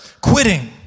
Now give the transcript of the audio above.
quitting